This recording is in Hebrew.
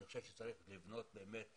אני חושב שצריך לבנות מתווה